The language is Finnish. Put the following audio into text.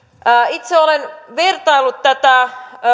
itse olen vertaillut tätä